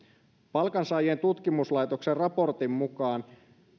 palkansaajien tutkimuslaitoksen raportin mukaan